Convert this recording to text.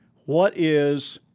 what is,